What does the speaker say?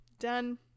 Done